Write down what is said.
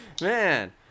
man